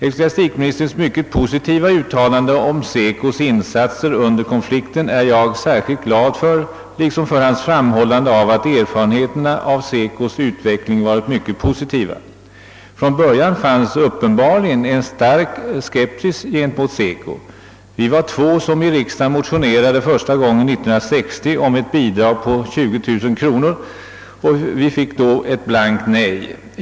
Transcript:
Ecklesiastikministerns mycket positiva uttalanden om SECO:s insatser under konflikten är jag särskilt glad för, liksom för hans framhållande av att erfarenheterna av SECO:s utveckling varit mycket positiva. Från början förelåg det uppenbarligen en stark skepsis gentemot SECO. Vi var två som 1960 motionerade för första gången i riksdagen om ett bidrag på 20000 kronor, men vi fick då ett blankt nej.